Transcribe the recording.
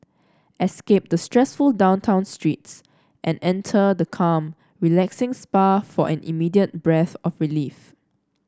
escape the stressful downtown streets and enter the calm relaxing spa for an immediate breath of relief